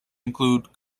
include